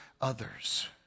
others